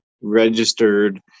registered